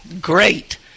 great